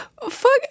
fuck